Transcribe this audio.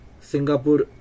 Singapore